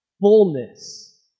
fullness